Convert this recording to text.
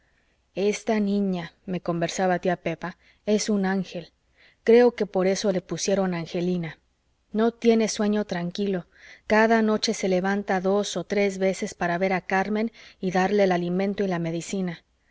motivo esta niña me conversaba tía pepa es un ángel creo que por eso le pusieron angelina no tiene sueño tranquilo cada noche se levanta dos o tres veces para ver a carmen y darle el alimento y la medicina